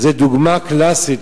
זו דוגמה קלאסית,